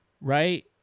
right